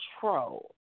control